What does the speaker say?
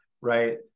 right